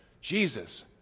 Jesus